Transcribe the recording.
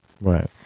Right